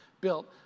built